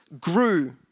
grew